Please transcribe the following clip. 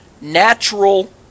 natural